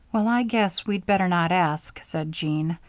well, i guess we'd better not ask, said jean,